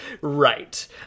right